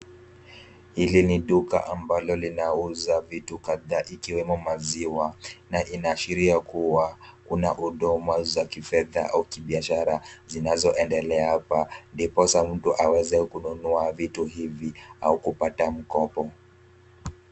Hili ni duka ambalo linauza vitu kadhaa ikiwemo maziwa na inaashiria kuwa kuna huduma za kifedha au kibiashara zinazoendelea hapa ndiposa mtu aweze kununua vitu hivi au kupata mkopo.